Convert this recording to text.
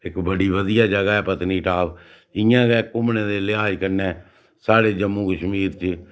इक बड्डी बधियै जगह् ऐ पत्नीटॉप इ'यां गै घूमने दे लेहाज कन्नै साढ़े जम्मू कश्मीर च